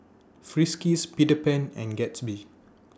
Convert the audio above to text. Friskies Peter Pan and Gatsby